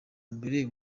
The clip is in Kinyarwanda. mbere